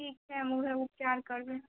ठीक छै हम उहे उपचार करबै